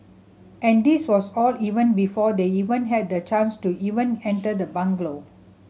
and this was all even before they even had the chance to even enter the bungalow